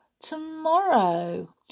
tomorrow